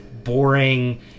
boring